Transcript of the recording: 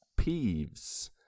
peeves